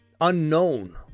unknown